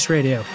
Radio